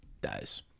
dies